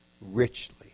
richly